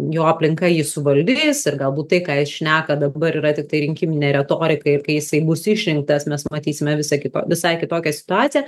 jo aplinka jį suvaldys ir galbūt tai ką jis šneka dabar yra tiktai rinkiminė retorika ir kai jisai bus išrinktas mes matysime visai kito visai kitokią situaciją